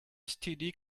std